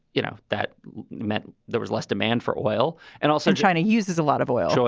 you know, that meant there was less demand for oil. and also, china uses a lot of oil. so